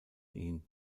ihn